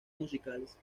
musicales